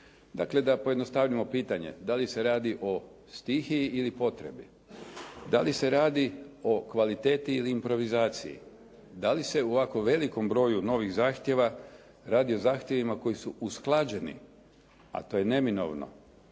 Dakle, da pojednostavimo pitanje. Da li se radi o stihiji ili potrebi? Da li se radi o kvaliteti ili improvizaciji? Da li se u ovako velikom broju novih zahtjeva radi o zahtjevima koji su usklađeni, a to je neminovno